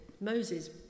Moses